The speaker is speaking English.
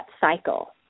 cycle